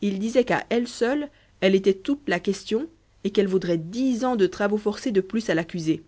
il disait qu'à elle seule elle était toute la question et qu'elle vaudrait dix ans de travaux forcés de plus à l'accusé